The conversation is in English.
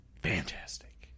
Fantastic